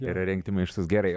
yra rengti maištus gerai